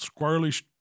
squirrely